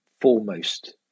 foremost